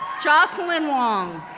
jocelyn wong,